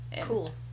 Cool